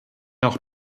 auch